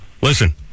Listen